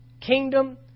kingdom